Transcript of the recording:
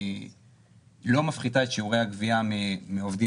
היא לא מפחיתה את שיעורי הגבייה מעובדים